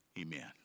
amen